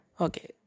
okay